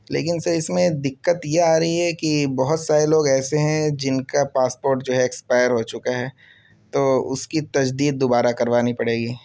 لیکن سر اس میں دقت یہ آ رہی ہے کہ بہت سارے لوگ ایسے ہیں جن کا پاسپوٹ جو ہے اکسپائر ہو چکا ہے تو اس کی تجدید دوبارہ کروانی پڑے گی